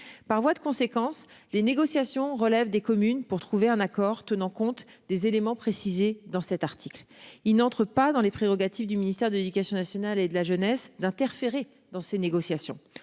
Par voie de conséquence, les négociations relève des communes pour trouver un accord, tenant compte des éléments précisé dans cet article il n'entre pas dans les prérogatives du ministère de l'Éducation nationale et de la jeunesse d'interférer dans ces négociations.